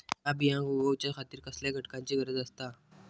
हया बियांक उगौच्या खातिर कसल्या घटकांची गरज आसता?